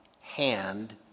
hand